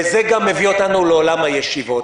וזה גם מביא אותנו לעולם הישיבות.